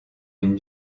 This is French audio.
une